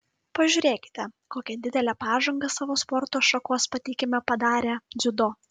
pažiūrėkite kokią didelę pažangą savo sporto šakos pateikime padarė dziudo